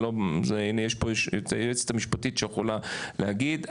יש פה את היועצת המשפטית שיכולה להגיד,